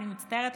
אני מצטערת,